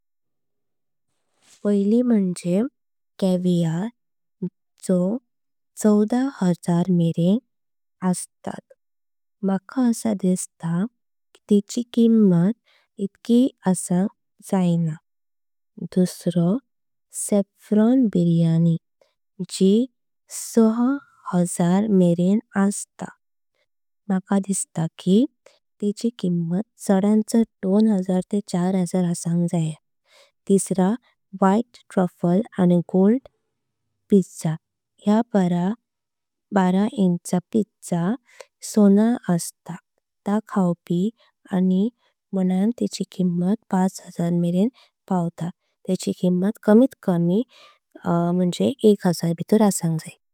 पहिली म्हणजे कविअर जो चौव्विस हजार मेरें असतात। मला असा दिसता की त्याची किंमत इतकी असंक जाणा। दुसरी केसर बिर्याणी जी सहा हजार मेरें असता मला। असा दिसता की त्याची किंमत चाडण चाड दोन हजार ते। चार हजार असंक जाया तिसरा व्हाइट ट्रफल आणि गोल्ड। पिझ्झा या बारा इंचच्या पिझ्झान सोनं असता ते खावं आणि। म्हणान त्याची किंमत पाच हजार मेरें पावता येची। किंमत कमी असाणं जाई म्हणजे एक हजार भितूर।